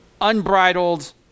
unbridled